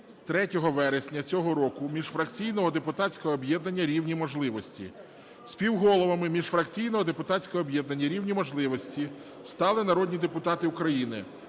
3 вересня цього року Міжфракційного депутатського об'єднання "Рівні можливості". Співголовами Міжфракційного депутатського об'єднання "Рівні можливості" стали народні депутати України: